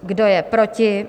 Kdo je proti?